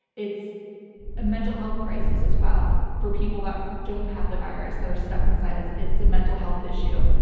it's a mental health crisis as well for people that don't have the virus that are stuck inside. it's it's a mental health issue.